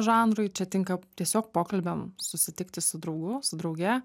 žanrai čia tinka tiesiog pokalbiam susitikti su draugu su drauge